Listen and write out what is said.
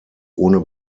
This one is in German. ohne